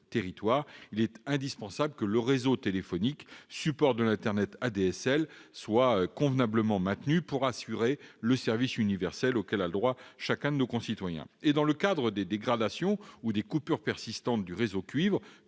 territoires, il est indispensable que le réseau téléphonique support de l'Internet ADSL soit convenablement maintenu pour assurer le service universel auquel a droit chacun de nos concitoyens. Dans ce cadre, les dégradations ou coupures persistantes du réseau cuivre,